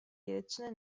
direzione